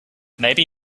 maybe